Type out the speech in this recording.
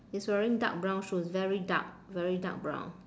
he's wearing dark brown shoes very dark very dark brown